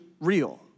real